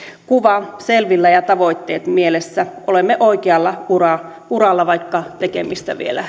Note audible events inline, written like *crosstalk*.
kuva selvillä ja tavoitteet mielessä olemme oikealla uralla uralla vaikka tekemistä vielä *unintelligible*